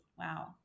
Wow